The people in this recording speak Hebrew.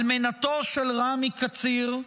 אלמנתו של רמי קציר,